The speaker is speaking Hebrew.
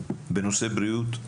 בנושא בריאות?